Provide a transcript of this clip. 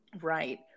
Right